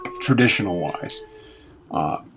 traditional-wise